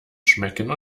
schmecken